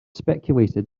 speculated